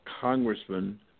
congressman